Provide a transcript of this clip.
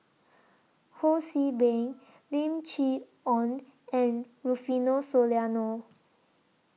Ho See Beng Lim Chee Onn and Rufino Soliano